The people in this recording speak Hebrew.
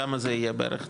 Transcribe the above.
כמה זה יהיה בערך,